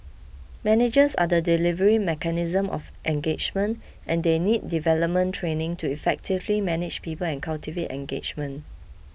managers are the delivery mechanism of engagement and they need development training to effectively manage people and cultivate engagement